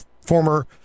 former